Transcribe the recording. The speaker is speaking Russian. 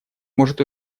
может